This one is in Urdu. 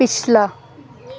پچھلا